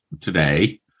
today